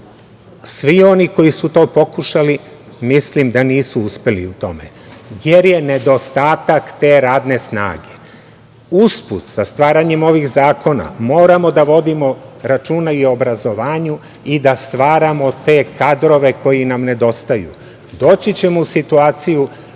Svi oni koji su to pokušali mislim da nisu uspeli u tome, jer je nedostatak te radne snage. Usput, sa stvaranjem ovih zakona moramo da vodimo računa i obrazovanju i da stvaramo te kadrove koji nam nedostaju. Doći ćemo u situaciju